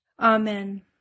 Amen